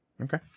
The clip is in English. Okay